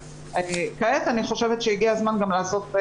אבל כעת אני חושבת שהגיע הזמן לעשות,